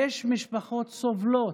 יש משפחות שסובלות,